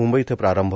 मंबई इथं प्रारंभ